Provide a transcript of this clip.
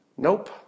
Nope